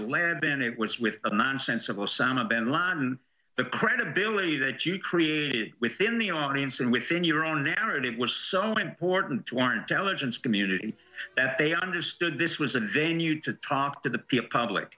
been it was with the nonsense of osama bin laden the credibility that you created within the audience and within your own narrative it was so important to warrant allergens community that they understood this was a venue to talk to the public